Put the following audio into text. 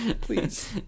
please